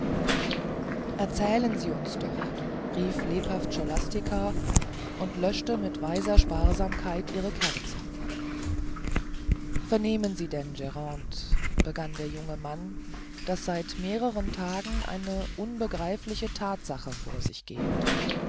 erzählen sie uns doch rief lebhaft scholastica und löschte mit weiser sparsamkeit ihre kerze vernehmen sie denn grande begann der junge mann daß seit mehreren tagen eine unbegreifliche thatsache vor sich geht